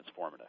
transformative